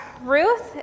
Ruth